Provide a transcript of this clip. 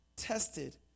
tested